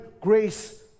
grace